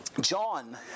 John